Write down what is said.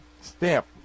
stamp